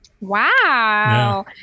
wow